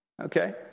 Okay